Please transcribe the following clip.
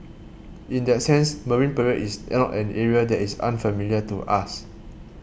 in that sense Marine Parade is not an area that is unfamiliar to us